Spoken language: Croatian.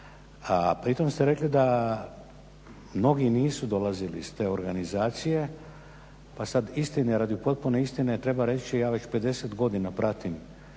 Pritom ste rekli da mnogi nisu dolazili iz te organizacije. Pa sad istine, radi potpune istine treba reći, ja već 50 godina pratim